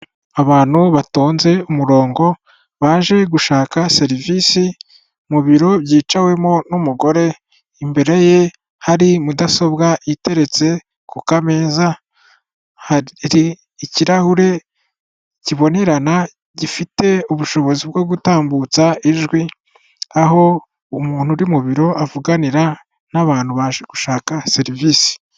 Abantu batonze umurongo baje gushaka serivisi mu biro byicawemo n'umugore, imbere ye hari mudasobwa iteretse ku kameza, hari ikirahure kibonerana gifite ubushobozi bwo gutambutsa ijwi aho umuntu uri mu biro avuganira n'abantu baje gushaka serivisi.